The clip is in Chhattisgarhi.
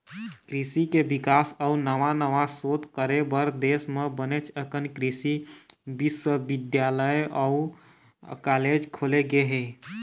कृषि के बिकास अउ नवा नवा सोध करे बर देश म बनेच अकन कृषि बिस्वबिद्यालय अउ कॉलेज खोले गे हे